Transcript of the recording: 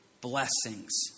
blessings